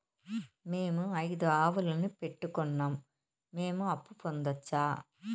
మేము ఐదు ఆవులని పెట్టుకున్నాం, మేము అప్పు పొందొచ్చా